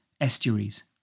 estuaries